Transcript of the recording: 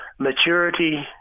Maturity